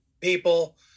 people